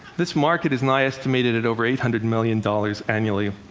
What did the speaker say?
this market is now estimated at over eight hundred million dollars annually.